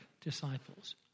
disciples